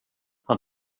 han